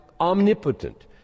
omnipotent